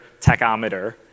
tachometer